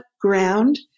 ground